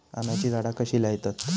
आम्याची झाडा कशी लयतत?